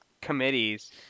committees